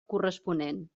corresponent